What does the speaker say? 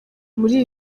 muri